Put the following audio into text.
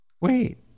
wait